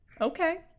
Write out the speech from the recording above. okay